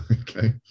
Okay